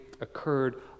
occurred